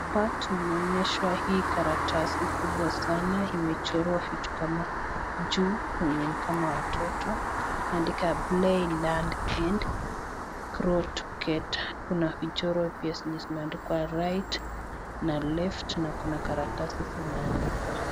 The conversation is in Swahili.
Hapa tumeonyeshwa hii karatasi kubwa sana imechorwa vitu kama juu naye ni kama watoto, imeandikwa Play Land And Grow Together ,(cs), Kuna michoro pia zenye zimeandikwa Right na Left,(cs), na kuna karatasi zimeandikwa.